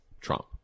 Trump